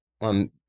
on